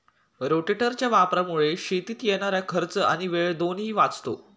रोटेटरच्या वापरामुळे शेतीत येणारा खर्च आणि वेळ दोन्ही वाचतो